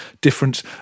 difference